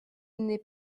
n’est